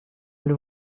elle